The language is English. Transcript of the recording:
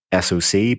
soc